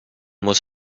muss